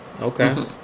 okay